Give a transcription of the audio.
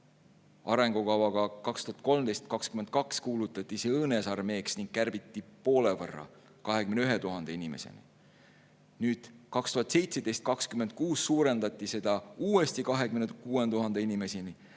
Arengukavaga aastateks 2013–2022 kuulutati see õõnesarmeeks ning seda kärbiti poole võrra, 21 000 inimeseni. Aastateks 2017–2026 suurendati seda uuesti 26 000 inimeseni